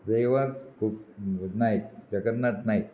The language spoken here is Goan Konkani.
जेवा खूब नायक जगन्नाथ नायक